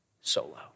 Solo